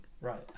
Right